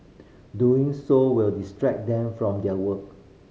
doing so will distract them from their work